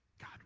God